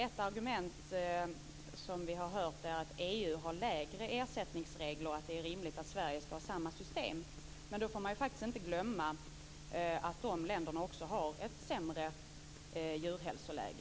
Ett argument som vi har hört är att EU har lägre ersättningsregler och att det är rimligt att Sverige skall ha samma system. Men då får man faktiskt inte glömma att de länderna också har ett sämre djurhälsoläge.